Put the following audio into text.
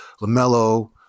Lamelo